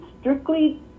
strictly